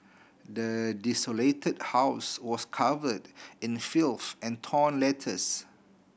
the desolated house was covered in filth and torn letters